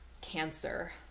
cancer